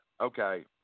okay